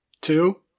Two